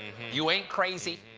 you ain't crazy.